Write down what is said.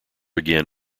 again